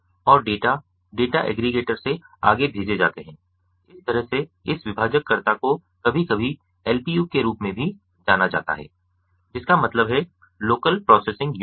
और data data aggregator से आगे भेजे जाते हैं इस तरह से इस विभाजककर्ता को कभी कभी एलपीयू के रूप में भी जाना जाता है जिसका मतलब है लोकल प्रोसेसिंग यूनिट